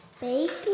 Baking